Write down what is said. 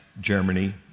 Germany